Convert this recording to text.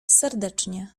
serdecznie